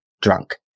Drunk